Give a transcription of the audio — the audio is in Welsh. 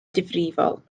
difrifol